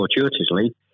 fortuitously